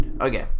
Okay